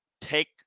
take